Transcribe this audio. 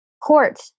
court